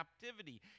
captivity